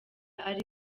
ari